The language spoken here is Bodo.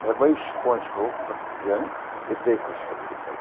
ओमफ्राय बै स्पन्जखौ जों बे दैखौ सोबजोब्बाय